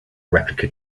replica